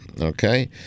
okay